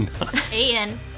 A-N